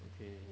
okay